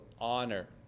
honor